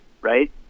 right